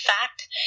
fact